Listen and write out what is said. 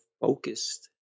focused